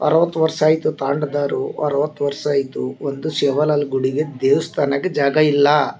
ಅರವತ್ತು ವರ್ಷ ಆಯಿತು ತಾಂಡ್ದವರು ಅರವತ್ತು ವರ್ಷ ಆಯಿತು ಒಂದು ಶಿವಲಾಲ್ ಗುಡಿಗೆ ದೇವ್ಸ್ಥಾನಕ್ಕೆ ಜಾಗಯಿಲ್ಲ